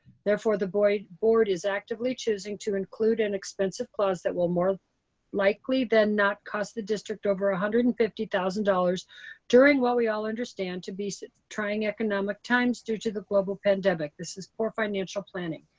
therefore the board board is actively choosing to include an expensive clause that will more likely than not cost the district over one ah hundred and fifty thousand dollars during what we all understand to be so trying economic times due to the global pandemic. this is poor financial planning.